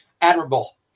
admirable